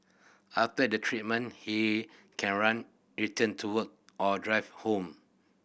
after the treatment he can run return to or drive home